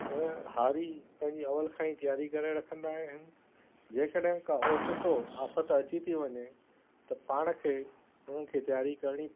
हारी पंहिंजी अवल खां ई तयारी करे रखंदा आहिनि जे कॾहिं का ओचतो आफ़त अची थी वञे त पाण खे हुननि खे तयारी करिणी